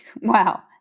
Wow